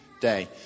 day